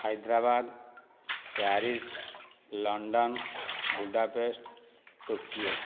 Hyderabad Paris London Budapest Tokyo